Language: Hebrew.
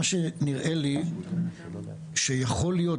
מה שנראה לי שיכול להיות,